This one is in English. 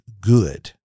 good